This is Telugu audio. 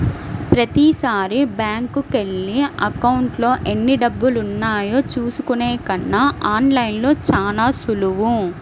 ప్రతీసారీ బ్యేంకుకెళ్ళి అకౌంట్లో ఎన్నిడబ్బులున్నాయో చూసుకునే కన్నా ఆన్ లైన్లో చానా సులువు